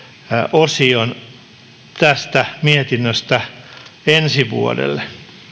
osion tästä mietinnöstä ensi vuodelle